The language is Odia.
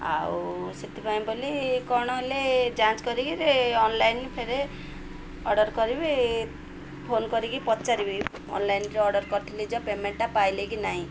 ଆଉ ସେଥିପାଇଁ ବୋଲି କ'ଣ ହେଲେ ଯାଞ୍ଚ କରିକି ଅନଲାଇନ୍ ଫେରେ ଅର୍ଡ଼ର୍ କରିବି ଫୋନ କରିକି ପଚାରିବି ଅନଲାଇନ୍ରେ ଅର୍ଡ଼ର୍ କରିଥିଲି ଯେଉଁ ପେମେଣ୍ଟ ପାଇଲେ କି ନାହିଁ